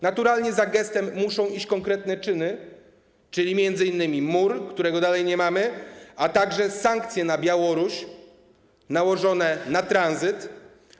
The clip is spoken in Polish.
Naturalnie za gestem muszą iść konkretne czyny, czyli m.in. mur, którego dalej nie mamy, a także sankcje nałożone na Białoruś w zakresie tranzytu.